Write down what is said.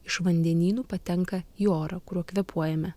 iš vandenynų patenka į orą kuriuo kvėpuojame